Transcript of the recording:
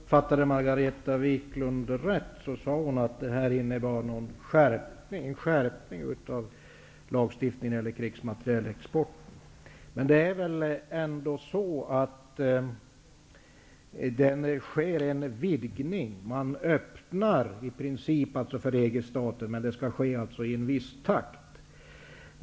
Herr talman! Om jag uppfattade Margareta Viklund rätt, så sade hon att det här beslutet innebär en skärpning av lagstiftningen när det gäller krigsmaterielexport. Men det är väl ändå så att det sker en vidgning. Man öppnar i princip för EG-stater, men det skall alltså ske i en viss takt.